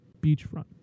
beachfront